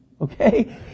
Okay